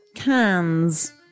cans